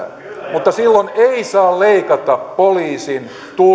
mutta silloin ei saa leikata poliisin tullin